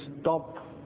stop